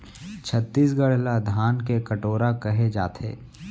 छत्तीसगढ़ ल धान के कटोरा कहे जाथे